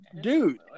dude